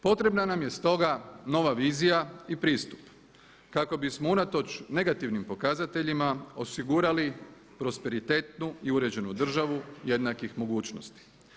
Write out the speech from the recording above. Potrebna nam je stoga nova vizija i pristup kako bismo unatoč negativnim pokazateljima osigurali prosperitetnu i uređenu državu jednakih mogućnosti.